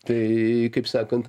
tai kaip sakant